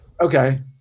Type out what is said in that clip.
Okay